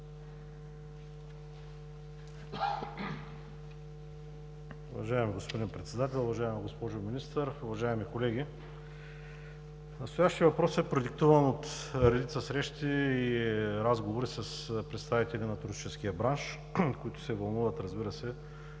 Уважаеми господин Председател, уважаема госпожо Министър, уважаеми колеги! Настоящият въпрос е продиктуван от редица срещи и разговори с представители на туристическия бранш, които се вълнуват, разбира се,